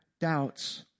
doubts